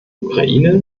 ukraine